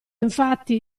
infatti